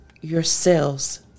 yourselves